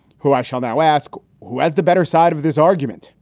who i shall now ask, who has the better side of this argument?